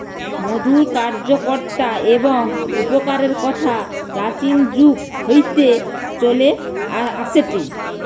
মধুর কার্যকতা এবং উপকারের কথা প্রাচীন যুগ হইতে চলে আসেটে